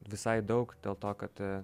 visai daug dėl to kad